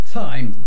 time